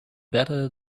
better